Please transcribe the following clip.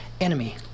enemy